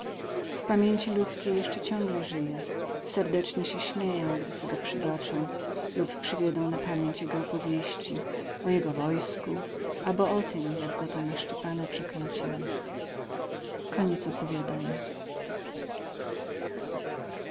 w pamięci ludzkiej jeszcze ciągle żyje serdecznie się uśmieją gdy se go przybaczą lub przywiedą na pamięć jego opowieści o jego wojsku abo o tem jak go to na szczepana przekręcili